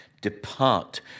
depart